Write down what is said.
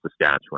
Saskatchewan